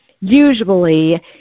usually